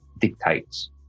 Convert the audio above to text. dictates